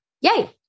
yay